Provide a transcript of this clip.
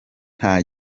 nta